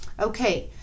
Okay